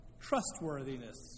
trustworthiness